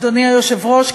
אדוני היושב-ראש,